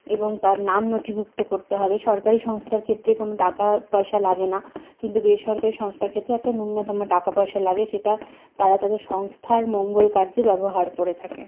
এবং তার নাম নথিভুক্ত করতে হবে সরকারি সংস্থার ক্ষেত্রে কোনও টাকা পয়সা লাগেনা কিন্তু বেসরকারি সংস্থার ক্ষেত্রে একটা নূন্যতম টাকা পয়সা লাগে সেটা তারা তাদের সংস্থার মঙ্গল কার্যে ব্যবহার করে থাকে